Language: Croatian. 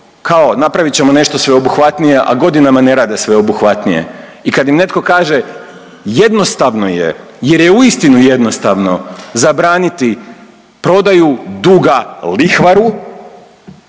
kao, napravit ćemo nešto sveobuhvatnije, a godinama ne rade sveobuhvatnija i kad im netko kaže jednostavno je jer je uistinu jednostavno zabraniti prodaju duga lihvaru